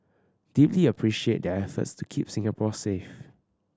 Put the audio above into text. deeply appreciate their efforts to keep Singapore safe